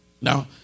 Now